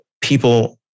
people